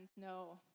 no